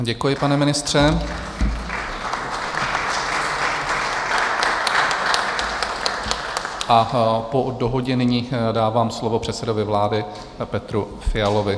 Děkuji, pane ministře, a po dohodě nyní dávám slovo předsedovi vlády Petru Fialovi.